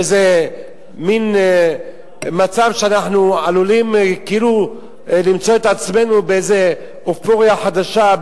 איזה מין מצב שאנחנו עלולים כאילו למצוא את עצמנו באיזו אופוריה חדשה,